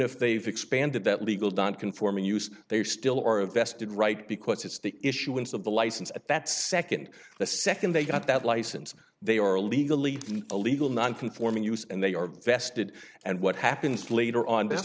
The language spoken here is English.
if they've expanded that legal done conforming use they still are a vested right because it's the issuance of the license at that second the second they got that license they are legally illegal non conforming us and they are vested and what happens later on